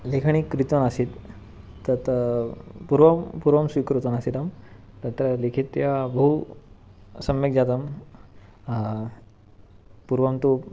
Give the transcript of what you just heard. लेखनी कृतमासीत् तत् पूर्वं पूर्वं स्वीकृतवान् आसीत् अहं तत्र लिखित्वा बहु सम्यक् जातं पूर्वं तु